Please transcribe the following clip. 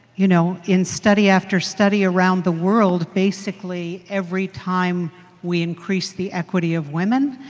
you know, in study after study, around the world, basically, every time we increase the equity of women,